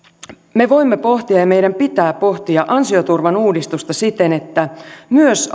me voimme ja meidän pitää pohtia ansioturvan uudistusta siten että myös